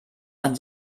man